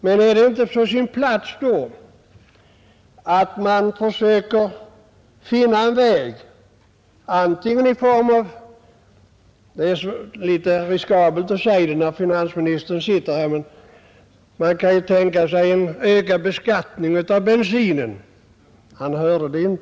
Men vore det då inte på sin plats att försöka finna en väg antingen i form av — det är litet riskabelt att säga det när finansministern sitter här — t.ex. en ökad beskattning av bensinen